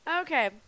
Okay